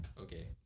Okay